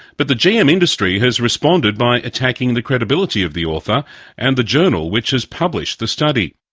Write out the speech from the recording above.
but the gm industry has responded by attacking the credibility of the author and the journal which has published the study.